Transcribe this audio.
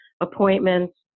appointments